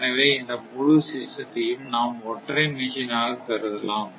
எனவே இந்த முழு சிஸ்டத்தையும் நாம் ஒற்றை மெஷின் ஆக கருதலாம்